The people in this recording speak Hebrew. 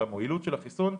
על המועילות של החיסון,